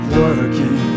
working